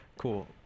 Cool